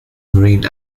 marine